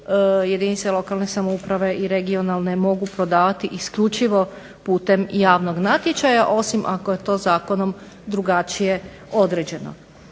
jedinice lokalne samouprave i regionalne mogu prodavati isključivo putem javnog natječaja osim ako je to zakonom drugačije određeno.